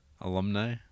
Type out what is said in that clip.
Alumni